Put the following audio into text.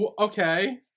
okay